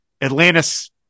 Atlantis